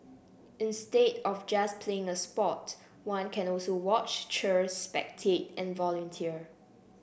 instead of just playing a sport one can also watch cheer spectate and volunteer